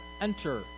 enter